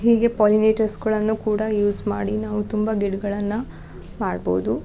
ಹೀಗೆ ಪಾಲಿನೇಟರ್ಸ್ಗಳನ್ನು ಕೂಡ ಯೂಸ್ ಮಾಡಿ ನಾವು ತುಂಬ ಗಿಡಗಳನ್ನ ಮಾಡ್ಬೋದು